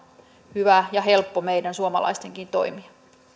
hyvä ja helppo meidän suomalaistenkin toimia